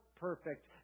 perfect